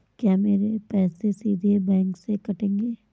क्या मेरे पैसे सीधे बैंक से कटेंगे?